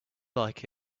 like